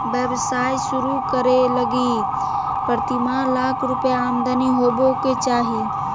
व्यवसाय शुरू करे लगी प्रतिमाह लाख रुपया आमदनी होबो के चाही